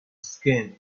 skin